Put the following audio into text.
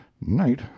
Night